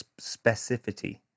specificity